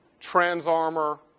TransArmor